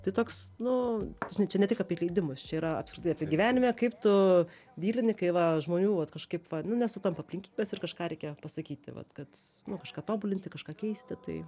tai toks nu žinai čia ne tik apie leidimus čia yra apskritai apie gyvenime kaip tu dylini kai va žmonių vat kažkaip va nu nesutampa aplinkybės ir kažką reikia pasakyti vat kad kažką tobulinti kažką keisti tai